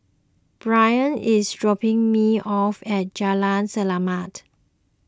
Brynn is dropping me off at Jalan Selamat